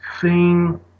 sing